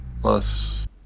Plus